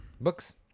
books